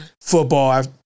football